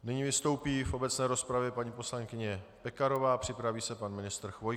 Nyní vystoupí v obecné rozpravě paní poslankyně Pekarová, připraví se pan ministr Chvojka.